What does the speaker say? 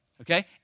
okay